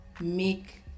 make